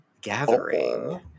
gathering